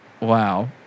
wow